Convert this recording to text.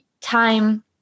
time